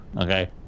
Okay